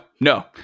no